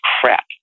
crap